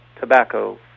tobacco